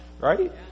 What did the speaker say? right